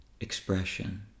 expression